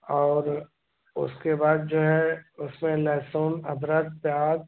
और उसके बाद जो है उसमें लहसुन अदरक प्याज़